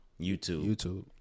YouTube